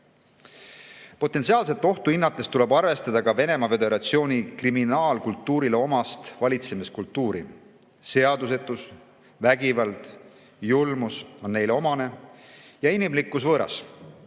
Potentsiaalset ohtu hinnates tuleb arvestada ka Venemaa Föderatsiooni kriminaalkultuurile omaste [tunnustega] valitsemiskultuuri: seadusetus, vägivald ja julmus on neile omane ning inimlikkus võõras.